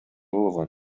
болгон